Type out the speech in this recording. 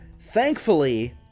thankfully